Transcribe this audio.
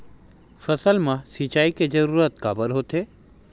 फसल मा सिंचाई के जरूरत काबर होथे?